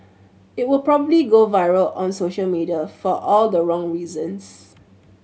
it would probably go viral on social media for all the wrong reasons